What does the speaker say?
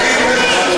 הענף הזה,